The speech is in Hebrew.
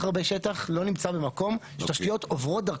הרבה שטח לא נמצא במקום שתשתיות עוברות דרכו.